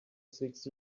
six